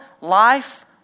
life